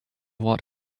what